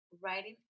writing